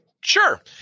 Sure